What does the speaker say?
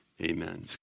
Amen